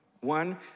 One